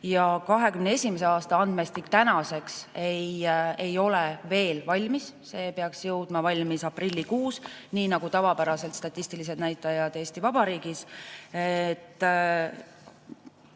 2021. aasta andmestik ei ole tänaseks veel valmis, see peaks saama valmis aprillikuus, nii nagu tavapäraselt statistilised näitajad Eesti Vabariigis.